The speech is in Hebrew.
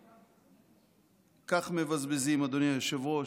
וכך מבזבזים, אדוני היושב-ראש,